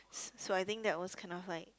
so I think that was kind of like